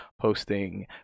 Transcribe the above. posting